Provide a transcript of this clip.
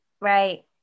Right